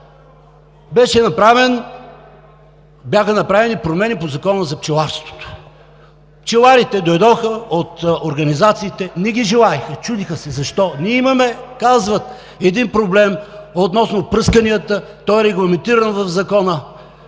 Бяха направени промени по Закона за пчеларството. Пчеларите дойдоха от организациите, не ги желаеха, чудеха се защо. Ние имаме, казват, един проблем относно пръсканията, той е регламентиран в Закона,